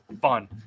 fun